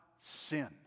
sin